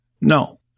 No